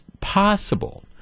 possible